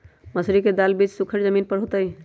मसूरी दाल के बीज सुखर जमीन पर होतई?